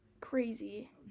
crazy